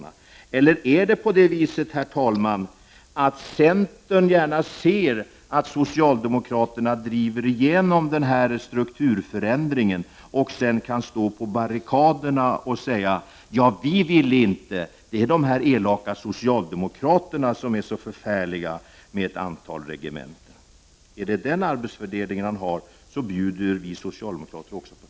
Man kan fråga sig om det är på det viset, herr talman, att centern gärna ser att socialdemokraterna driver igenom denna strukturförändring för att man sedan skall kunna stå på barrikaderna och säga: Vi ville inte. Det är de elaka socialdemokraterna som är så förfärliga att de vill lägga ned ett antal regementen. Om det här är centerns arbetsfördelning, så bjuder vi socialdemokrater även på detta.